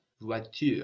voiture